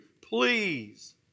Please